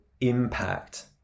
impact